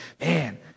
man